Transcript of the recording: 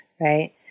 right